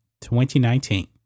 2019